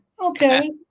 Okay